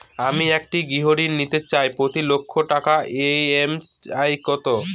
আমি একটি গৃহঋণ নিতে চাই প্রতি লক্ষ টাকার ই.এম.আই কত?